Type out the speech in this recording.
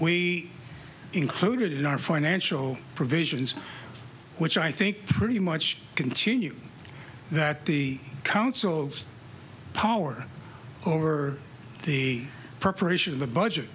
we included in our financial provisions which i think pretty much continue that the council's power over the perpetration of the budget